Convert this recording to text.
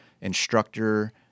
instructor